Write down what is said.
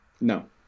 No